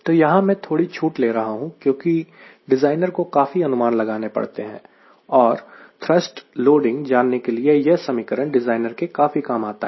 तो यहां मैं थोड़ी छूट ले रहा हूं क्योंकि डिज़ाइनर को काफी अनुमान लगाने पड़ते हैं और थ्रस्ट लोडिंग जानने के लिए यह समीकरण डिज़ाइनर के काफी काम आता है